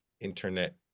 internet